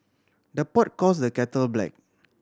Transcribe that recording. the pot calls the kettle black